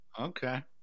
Okay